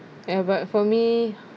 ya but for me